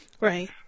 Right